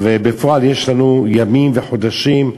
ובפועל יש לנו ימים וחודשים,